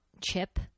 chip